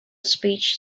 speech